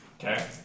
okay